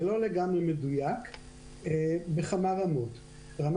זה לא לגמרי מדויק בכמה רמות: א',